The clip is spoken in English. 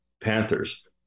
Panthers